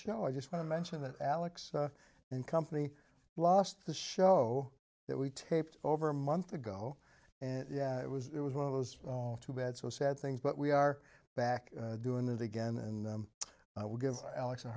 show i just want to mention that alex and company lost the show that we taped over a month ago and yeah it was it was one of those all too bad so sad things but we are back doing that again and i will give alex a